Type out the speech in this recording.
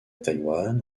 taïwan